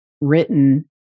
written